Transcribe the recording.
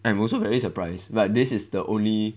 I am also very surprised but this is the only